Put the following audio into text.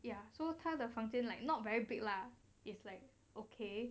ya so 他的房间 like not very big lah is like okay